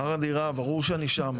שכר הדירה, ברור שאני שם.